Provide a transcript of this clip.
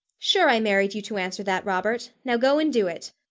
sure, i married you to answer that, robert now go and do it.